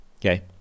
Okay